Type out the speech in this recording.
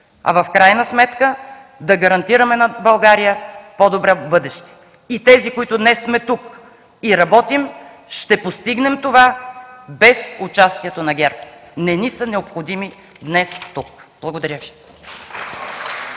в крайна сметка да гарантираме на България по-добро бъдеще. И тези, които днес сме тук, и работим ще постигнем това без участието на ГЕРБ. Не са ни необходими днес тук! Благодаря Ви.